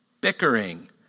bickering